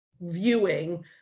viewing